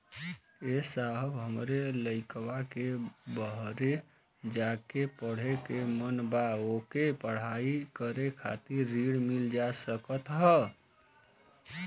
ए साहब हमरे लईकवा के बहरे जाके पढ़े क मन बा ओके पढ़ाई करे खातिर ऋण मिल जा सकत ह?